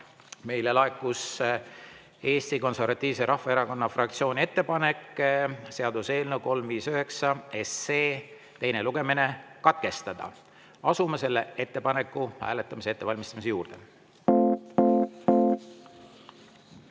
meile laekus Eesti Konservatiivse Rahvaerakonna fraktsiooni ettepanek seaduseelnõu 359 teine lugemine katkestada. Asume selle ettepaneku hääletamise ettevalmistamise juurde. Head